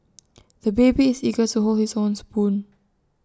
the baby is eager to hold his own spoon